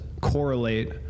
correlate